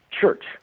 church